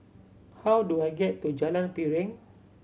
how do I get to Jalan Piring